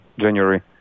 January